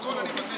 28, נגד,